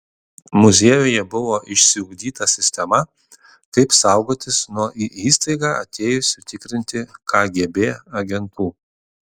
muziejuje buvo išsiugdyta sistema kaip saugotis nuo į įstaigą atėjusių tikrinti kgb agentų